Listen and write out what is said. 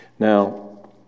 Now